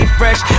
fresh